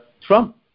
Trump